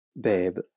babe